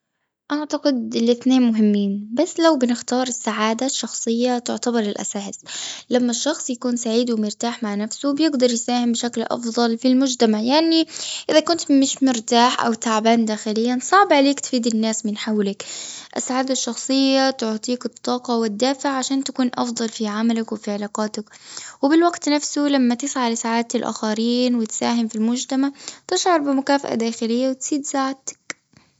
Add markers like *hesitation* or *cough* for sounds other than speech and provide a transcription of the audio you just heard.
أعتقد *hesitation* الاتنين مهمين، بس لو بنختار، السعادة الشخصية تعتبر الأساس. لما الشخص يكون سعيد ومرتاح مع نفسه، بيجدر يساهم بشكل أفضل في المجتمع. يعني إذا كنت مش مرتاح، أو تعبان داخلياً، صعب عليك تفيد الناس من حولك. السعادة الشخصية تعطيك الطاقة والدافع، عشان تكون أفضل في عملك، وفي علاقاتك. وبالوقت نفسه لما تسعى لسعادة الآخرين، وتساهم في المجتمع، تشعر بمكافأة داخلية، وتزيد سعادتك.